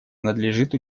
надлежит